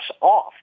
off